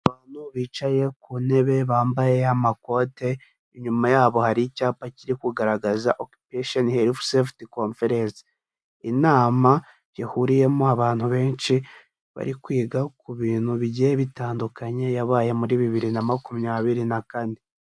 Abantu bicaye ku ntebe bambaye amakote inyuma yabo hari icyapa kiri kugaragaza oxpetion helf seft conferes inama zihuriyemo abantu benshi bari kwiga ku bintu bigiye bitandukanye yabaye muri bibiri na makumyabiri nakane.